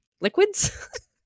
liquids